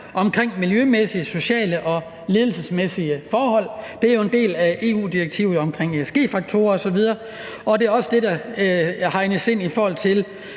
omkring miljømæssige, sociale og ledelsesmæssige forhold. Det er jo en del af EU-direktivet om ESG-faktorer osv., og det er også det, der hegnes ind i forhold til